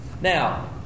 Now